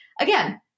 again